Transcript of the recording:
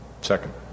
Second